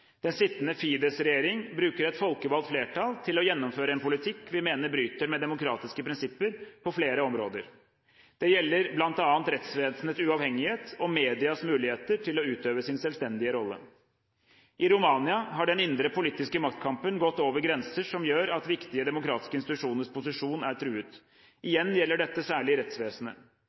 Den sittende Fidesz-regjeringen bruker et folkevalgt flertall til å gjennomføre en politikk vi mener bryter med demokratiske prinsipper på flere områder. Det gjelder bl.a. rettsvesenets uavhengighet og medias muligheter til å utøve sin selvstendige rolle. I Romania har den indre politiske maktkampen gått over grenser som gjør at viktige demokratiske institusjoners posisjon er truet. Igjen gjelder dette særlig rettsvesenet. I